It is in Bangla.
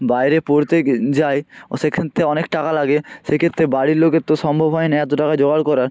বাইরে পড়তে যায় ও সেখান থেকে অনেক টাকা লাগে সেক্ষেত্রে বাড়ির লোকের তো সম্ভব হয় নে এত টাকা জোগাড় করার